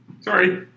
sorry